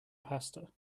pasta